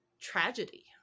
tragedy